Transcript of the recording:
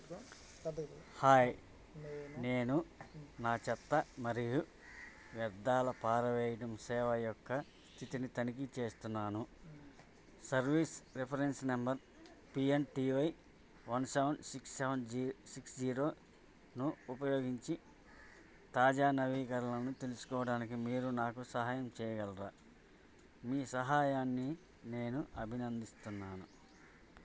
hi నేను నా చెత్త మరియు వ్యర్థాల పారవేయడం సేవ యొక్క స్థితిని తనిఖీ చేస్తున్నాను service reference number P N T Y one seven six seven G six జీరోను ఉపయోగించి తాజా నవీకరణలను తెలుసుకోవడానికి మీరు నాకు సహాయం చేయగలరా మీ సహాయాన్ని నేను అభినందిస్తున్నాను